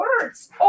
words